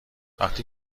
وقتی